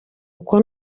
uko